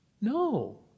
No